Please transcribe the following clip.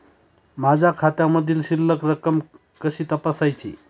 माझ्या खात्यामधील शिल्लक रक्कम कशी तपासायची?